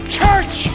church